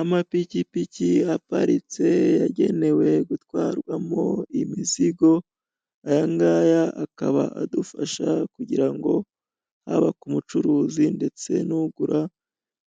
Amapikipiki aparitse yagenewe gutwarwamo imizigo ayangaya akaba adufasha kugira ngo haba ku mucuruzi ndetse n'ugura